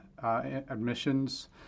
Admissions